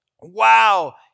wow